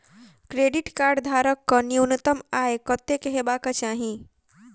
Credit card धारक कऽ न्यूनतम आय कत्तेक हेबाक चाहि?